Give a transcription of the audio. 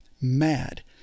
mad